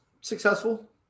successful